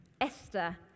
Esther